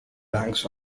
banks